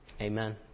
amen